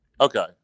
Okay